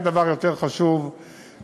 אין דבר יותר חשוב ממנה.